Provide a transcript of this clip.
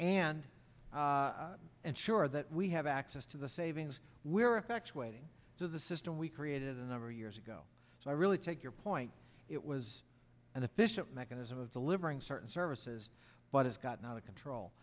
and and sure that we have access to the savings where effects waiting to the system we created a number of years ago so i really take your point it was an efficient mechanism of delivering certain services but it's gotten out of control